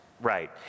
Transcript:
Right